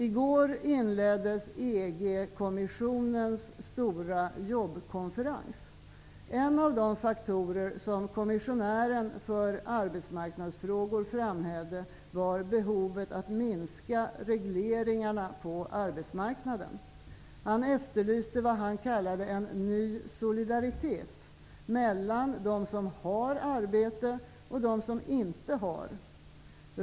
I går inleddes EG-kommissionens stora jobbkonferens. En av de faktorer som kommissionären för arbetsmarknadsfrågor framhävde var behovet av att minska regleringarna på arbetsmarknaden. Han efterlyste vad han kallade en ny solidaritet mellan dem som har arbete och dem som inte har det.